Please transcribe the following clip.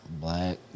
Black